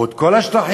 או את כל השטחים,